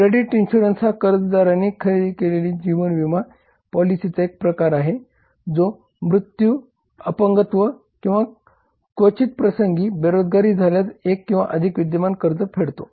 credit insurance हा कर्जदाराने खरेदी केलेली जीवन विमा पॉलिसीचा एक प्रकार आहे जो मृत्यू अपंगत्व किंवा क्वचित प्रसंगी बेरोजगारी झाल्यास एक किंवा अधिक विद्यमान कर्ज फेडतो